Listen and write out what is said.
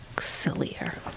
sillier